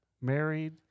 married